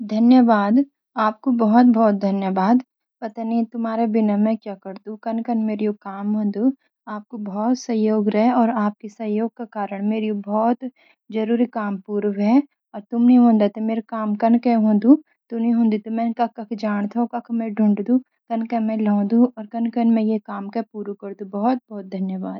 धन्यवाद आपकू बहुत बहुत धन्यवाद। पतानि तुम्हारा बिगर मैं क्या करदू कन कन मैं यू कम करदू आपकू बहुत सहयोग रह। और आपका सहयोग का कारण मेरू यू बहुत जरूरी काम पुरु वाई तुम नि हों दा त मेरू काम कन के हों दु तुम् नि हों दा त कख मेंन जान थो कंन के मैं ढूंढ दु कन मैं लोंदु और कन कन मैं ये कम के पुरु करदू बहुत बहुत धन्यवाद।